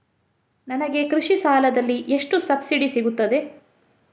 ನನಗೆ ಕೃಷಿ ಸಾಲದಲ್ಲಿ ಎಷ್ಟು ಸಬ್ಸಿಡಿ ಸೀಗುತ್ತದೆ?